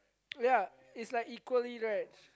ya is like equally right